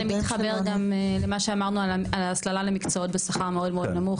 שזה מתחבר גם למה שאמרנו על ההסללה למקצועות בשכר מאוד מאוד נמוך,